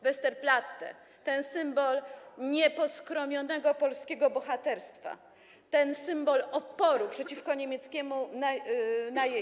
Westerplatte, ten symbol nieposkromionego polskiego bohaterstwa, ten symbol oporu przeciwko niemieckiemu najeźdźcy.